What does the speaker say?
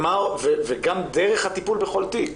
וגם דרך לטיפול בכל תיק,